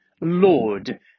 Lord